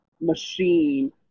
machine